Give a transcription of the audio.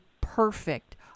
perfect